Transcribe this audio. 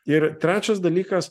ir trečias dalykas